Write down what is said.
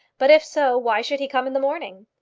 but if so, why should he come in the morning?